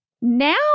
Now